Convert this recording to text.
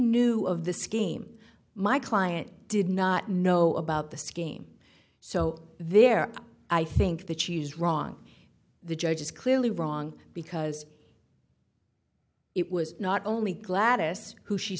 knew of the scheme my client did not know about the scheme so there i think that she was wrong the judge is clearly wrong because it was not only gladys who she